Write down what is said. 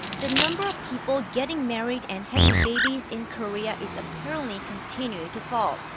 the number of people getting married and having babies in korea is apparently continuing to fall.